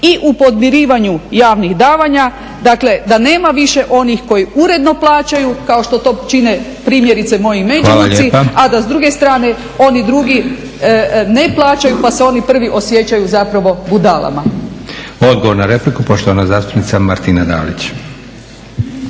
i u podmirivanju javnih davanja, dakle da nema više onih koji uredno plaćaju kao što to čine primjerice moji Međimurci, a da s druge strane oni drugi ne plaćaju pa se oni prvi osjećaju budalama. **Leko, Josip (SDP)** Hvala lijepa. Odgovor na repliku poštovana zastupnica Martina Dalić.